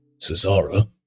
Cesara